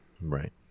Right